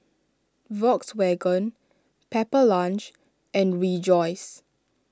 Volkswagen Pepper Lunch and Rejoice